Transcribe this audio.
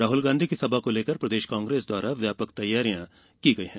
राहुल गांधी की सभा को लेकर प्रदेश कांग्रेस द्वारा व्यापक स्तर पर तैयारियां की गई है